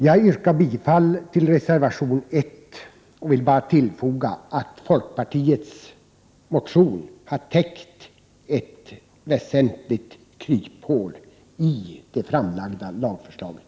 Jag yrkar bifall till reservationen, och jag vill bara tillfoga att folkpartiets motion har täckt ett väsentligt kryphål i det framlagda lagförslaget.